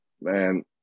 man